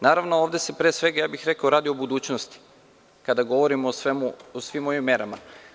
Naravno, ovde se, pre svega radi, o budućnosti, kada govorimo o svim ovim merama.